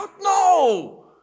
no